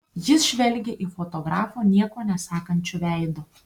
jis žvelgė į fotografą nieko nesakančiu veidu